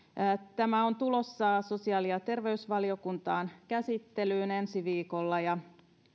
tämä on tulossa sosiaali ja terveysvaliokuntaan käsittelyyn ensi viikolla ja